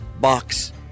box